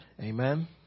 amen